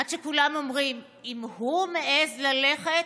עד שכולם אומרים: אם הוא מעז ללכת,